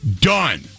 Done